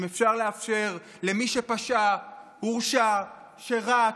אם אפשר לאפשר למי שפשע, הורשע, שירת,